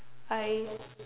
I